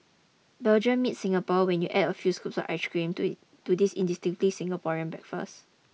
Belgium meets Singapore when you add a few scoops of ice cream to to this distinctively Singaporean breakfast